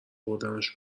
بردمش